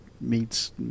meets